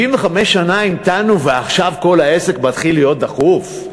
65 שנה המתנו, ועכשיו כל העסק מתחיל להיות דחוף?